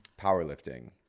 Powerlifting